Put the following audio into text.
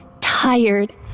tired